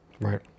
Right